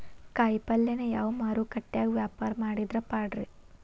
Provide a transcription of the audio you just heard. ಕಾಯಿಪಲ್ಯನ ಯಾವ ಮಾರುಕಟ್ಯಾಗ ವ್ಯಾಪಾರ ಮಾಡಿದ್ರ ಪಾಡ್ರೇ?